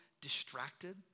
distracted